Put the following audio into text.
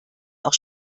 auch